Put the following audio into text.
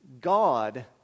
God